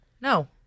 No